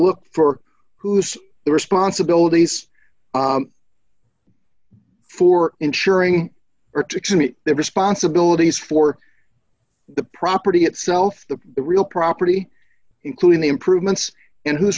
look for who's the responsibilities for ensuring or to meet their responsibilities for the property itself the real property including the improvements and who's